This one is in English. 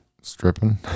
Stripping